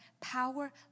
power